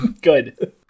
Good